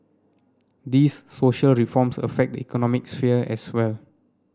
these social reforms affect the economic sphere as well